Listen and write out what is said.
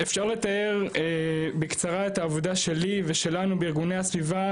אפשר לתאר בקצרה את העבודה שלי ושלנו בארגוני הסביבה,